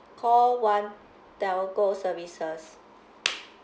call one telco services